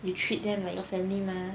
you treat them like your family mah